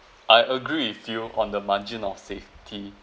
I agree with you on the margin of safety